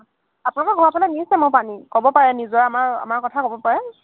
আপোনালোকৰ ঘৰৰ ফালে নিছে মোৰ পানী ক'ব পাৰে নিজৰ আমাৰ আমাৰ কথা ক'ব পাৰে